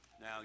Now